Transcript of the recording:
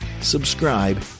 subscribe